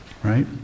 Right